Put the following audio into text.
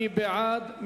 מי בעד?